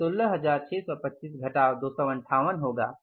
यह १६६२५ घटाव 258 होगा